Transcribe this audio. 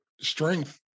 strength